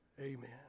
amen